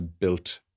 built